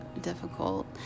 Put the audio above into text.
difficult